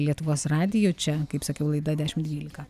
lietuvos radiju čia kaip sakiau laida dešimt dvylika